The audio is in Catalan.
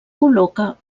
col·loca